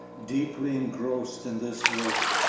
deeply engrossed in this work,